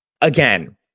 again